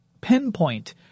pinpoint